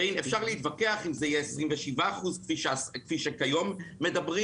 אפשר להתווכח אם זה יהיה 27% כפי שכיום מדברים